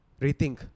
rethink